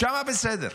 שם, בסדר.